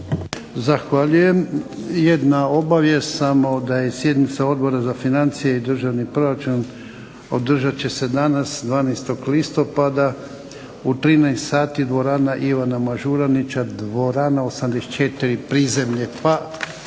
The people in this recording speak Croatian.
Zahvaljujem. Jedna obavijest samo da je sjednica Odbora za financije i državni proračun, održat će se danas 12. listopada u 13 sati, dvorana Ivana Mažuranića, dvorana 84 prizemlje,